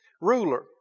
ruler